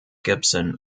gibson